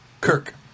Kirk